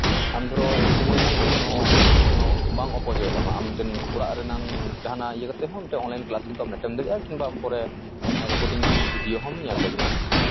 ᱟᱢ ᱫᱷᱚᱨᱚ ᱥᱚᱢᱚᱭ ᱨᱮᱱᱟᱜ ᱢᱤᱫᱴᱮᱱ ᱵᱟᱝ ᱚᱯᱚᱪᱚᱭᱚᱜ ᱛᱟᱢᱟ ᱟᱢ ᱢᱤᱫᱴᱮᱱ ᱚᱲᱟᱜ ᱨᱮᱱᱟᱝ ᱡᱟᱦᱟᱱᱟᱜ ᱤᱭᱟᱹ ᱠᱟᱛᱮᱫ ᱦᱚᱸ ᱢᱤᱫᱴᱮᱱ ᱚᱱᱞᱟᱭᱤᱱ ᱠᱞᱟᱥ ᱠᱤᱱᱛᱩ ᱟᱢ ᱮᱴᱮᱢ ᱫᱟᱲᱮᱭᱟᱜᱼᱟ ᱠᱤᱢᱵᱟ ᱯᱚᱨᱮ ᱨᱮᱠᱳᱰᱤᱝ ᱵᱷᱤᱰᱭᱳ ᱦᱚᱢ ᱧᱮᱞ ᱫᱟᱲᱮᱭᱟᱜᱼᱟ